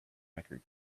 record